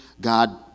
God